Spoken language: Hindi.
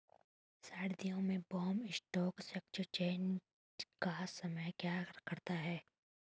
सर्दियों में बॉम्बे स्टॉक एक्सचेंज का समय क्या रहता है?